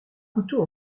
couteau